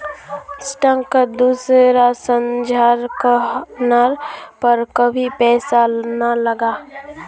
स्टॉकत दूसरा झनार कहनार पर कभी पैसा ना लगा